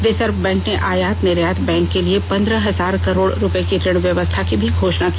reserve bank ने आयात निर्यात बैंक के लिए पंद्रह हजार करोड रूपये की ऋण व्यवस्था की भी घोषणा की